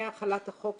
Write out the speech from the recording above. החלת החוק,